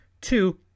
Two